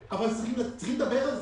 צריכים לדבר על זה.